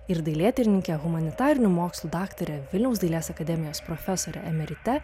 ir dailėtyrininke humanitarinių mokslų daktare vilniaus dailės akademijos profesore emerite